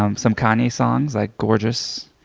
um some kanye songs, like gorgeous,